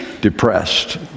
depressed